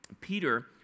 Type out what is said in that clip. Peter